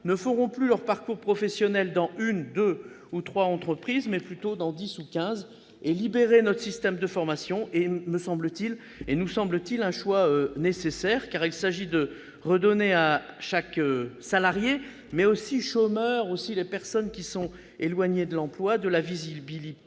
n'accompliront plus leur parcours professionnel dans un, deux ou trois entreprises, mais plutôt dans dix ou quinze. Libérer notre système de formation est, nous semble-t-il, un choix nécessaire, car il s'agit de redonner à chaque salarié, mais aussi aux chômeurs et aux personnes éloignées de l'emploi, de la visibilité,